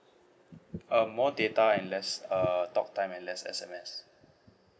uh more data and less err talk time and less S_M_S